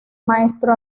maestro